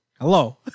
hello